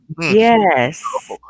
Yes